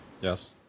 Yes